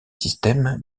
système